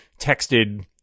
texted